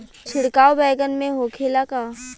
छिड़काव बैगन में होखे ला का?